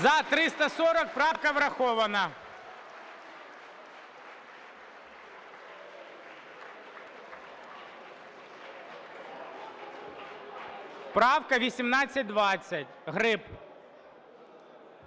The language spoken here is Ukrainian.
За-340 Правка врахована. Правка 1820, Гриб.